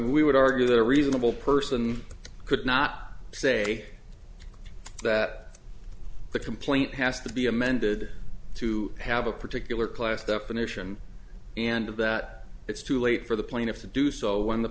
we would argue that a reasonable person could not say that the complaint has to be amended to have a particular class definition and of that it's too late for the plaintiff to do so when the